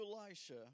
Elisha